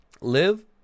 Live